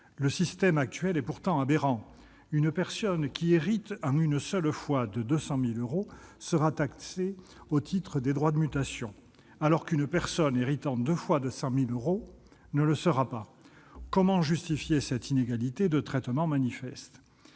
Le système actuel est pourtant aberrant : une personne qui hérite de 200 000 euros en une seule fois sera taxée au titre des droits de mutation, alors qu'une personne héritant deux fois de 100 000 euros ne le sera pas ! Comment justifier cette inégalité de traitement manifeste ?